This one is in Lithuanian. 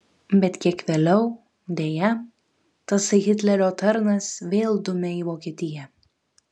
bet kiek vėliau deja tasai hitlerio tarnas vėl dumia į vokietiją